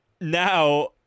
now